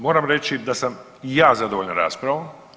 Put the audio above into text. Moram reći da sam i ja zadovoljan raspravom.